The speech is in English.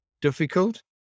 difficult